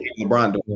lebron